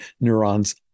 neurons